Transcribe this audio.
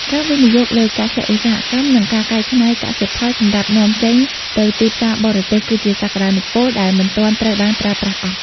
ការវិនិយោគលើកសិ-ឧស្សាហកម្ម និងការកែច្នៃកសិផលសម្រាប់នាំចេញទៅទីផ្សារបរទេស គឺជាសក្ដានុពលដែលមិនទាន់ត្រូវបានប្រើប្រាស់អស់។